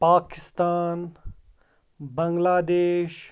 پاکِستان بنٛگلہ دیش